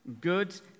good